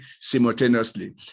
simultaneously